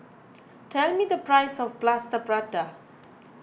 tell me the price of Plaster Prata